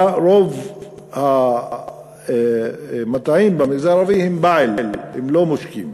ורוב המטעים במגזר הערבי הם בעל, הם לא מושקים.